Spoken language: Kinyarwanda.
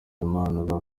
habimana